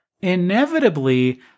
inevitably